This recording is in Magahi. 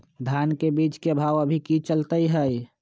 धान के बीज के भाव अभी की चलतई हई?